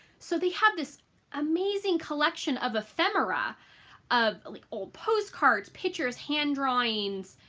so they have this amazing collection of ephemera of like old postcards, pictures, hand drawings,